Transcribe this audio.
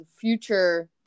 future